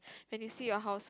when you see your house